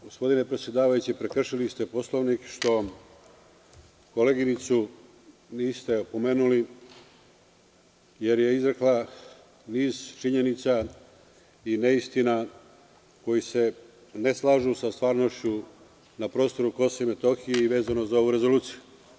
Gospodine predsedavajući, prekršili ste Poslovnik što koleginicu niste opomenuli, jer je izrekla niz činjenica i neistina koje se ne slažu sa stvarnošću na prostoru Kosova i Metohije i vezano za ovu rezoluciju.